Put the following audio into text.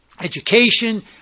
education